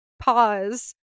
pause